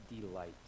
delight